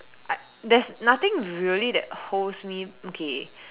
I there's nothing really that holds me okay